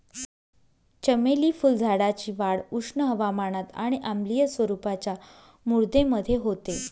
चमेली फुलझाडाची वाढ उष्ण हवामानात आणि आम्लीय स्वरूपाच्या मृदेमध्ये होते